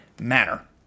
manner